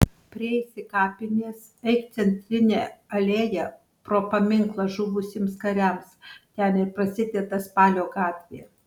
prieisi kapines eik centrine alėja pro paminklą žuvusiems kariams ten ir prasideda spalio gatvė